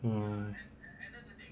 mm